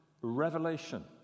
revelation